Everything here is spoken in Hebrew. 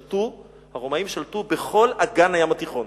הרומאים שלטו בכל אגן הים התיכון.